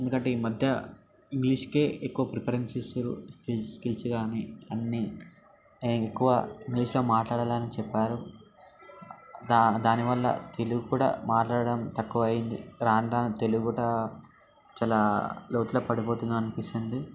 ఎందుకంటే ఈమధ్య ఇంగ్లీష్కే ఎక్కువ ప్రిఫరెన్స్ ఇస్తుర్రు ఈ స్కిల్స్ కానీ అన్నీ ఎక్కువ ఇంగ్లీష్లో మాట్లాడాలని చెప్పారు దాని దానివల్ల తెలుగు కూడా మాట్లాడటం తక్కువ అయింది రాను రాను తెలుగు చాలా లోతులో పడిపోతుందా అనిపిస్తుంది